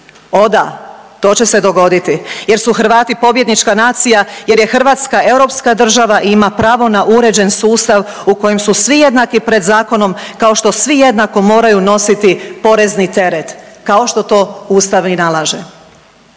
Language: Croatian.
O da! To će se dogoditi jer su Hrvati pobjednička nacija, jer je Hrvatska europska država i ima pravo na uređen sustav u kojem su svi jednaki pred zakonom kao što svi jednako moraju nositi porezni teret kao što to Ustav i nalaže.